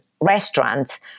restaurants